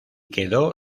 quedó